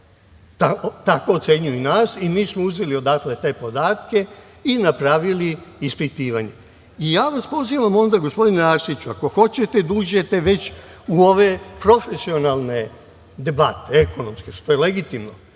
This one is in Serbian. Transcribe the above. tako ocenjuju i nas i mi smo uzeli odatle te podatke i napravili ispitivanje. Pozivam vas, gospodine Arsiću, ako hoćete da uđete već u ove profesionalne debate, ekonomske što je legitimno,